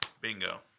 bingo